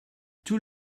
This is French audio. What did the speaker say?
tout